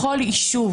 בכל יישוב,